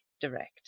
direct